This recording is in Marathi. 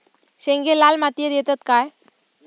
शेंगे लाल मातीयेत येतत काय?